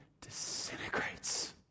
disintegrates